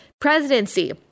presidency